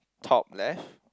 top left